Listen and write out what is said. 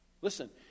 listen